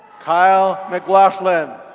kyle mclaughlin.